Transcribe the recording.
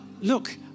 Look